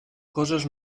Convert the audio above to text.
coses